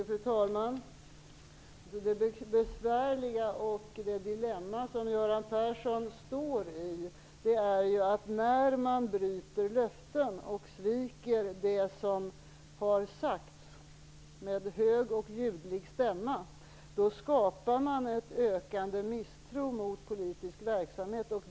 Fru talman! Det besvärliga och det dilemma som Göran Persson står i är ju att när man bryter löften och sviker det som har sagts med hög och ljudlig stämma, skapar man en ökande misstro mot politisk verksamhet.